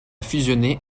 fusionné